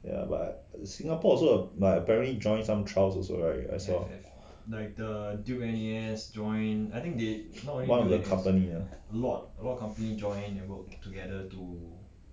ya but singapore also like apparently join some trials also right I saw one of the company